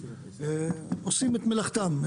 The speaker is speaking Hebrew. ועושים את מלאכתם.